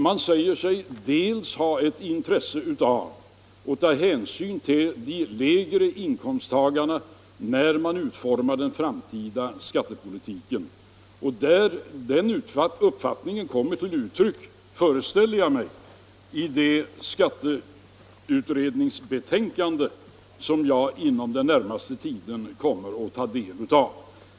Där säger man sig ha intresse av att ta hänsyn till de lägre inkomsttagarna när man utformar den framtida skattepolitiken. Den uppfattningen föreställer jag mig kommer till uttryck i skatteutredningens betänkande, som jag inom den närmaste tiden kommer att ta del av.